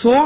Så